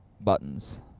Buttons